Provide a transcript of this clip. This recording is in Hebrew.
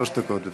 שלוש דקות.